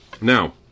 Now